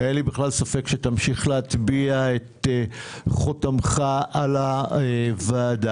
אין לי בכלל ספק שתמשיך להטביע את חותמך על הוועדה.